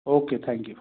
okay thank you